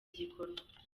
gikorwa